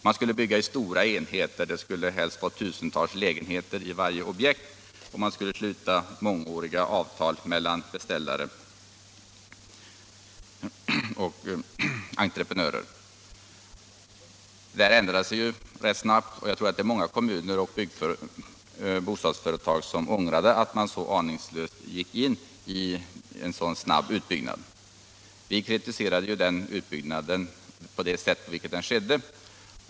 Man skulle bygga i stora enheter — det skulle helst vara tusentals lägenheter i varje objekt — och man skulle sluta mångåriga avtal mellan beställare och entreprenörer. Det här ändrades rätt snabbt, och jag tror att det var många kommuner och bostadsföretag som ångrade att man så aningslöst gick in i en så snabb utbyggnad. Vi kritiserade det sätt på vilket denna utbyggnad skedde.